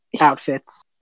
outfits